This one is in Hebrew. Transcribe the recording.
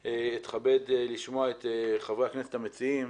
אני אתכבד לשמוע את חברי הכנסת המציעים